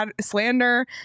slander